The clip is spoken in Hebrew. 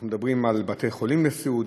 אנחנו מדברים על בתי-חולים לסיעוד,